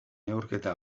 neurketa